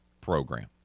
program